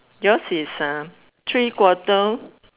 yours is uh three quarter